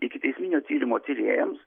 ikiteisminio tyrimo tyrėjams